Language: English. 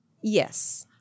Yes